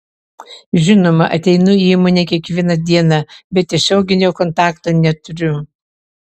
žinoma ateinu į įmonę kiekvieną dieną bet tiesioginio kontakto neturiu